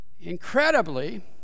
Incredibly